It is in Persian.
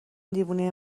دیوونه